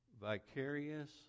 vicarious